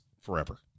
forever